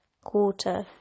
quarter